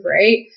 right